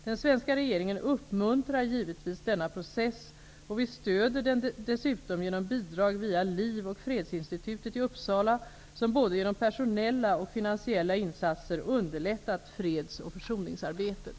Den svenska regeringen uppmuntrar givetvis denna process, och vi stöder den dessutom genom bidrag via Liv och fredsinstitutet i Uppsala som både genom personella och finansiella insatser underlättat fredsoch försoningsarbetet.